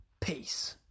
Peace